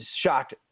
shocked